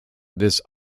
this